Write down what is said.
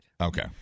Okay